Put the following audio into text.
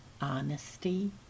honesty